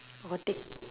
what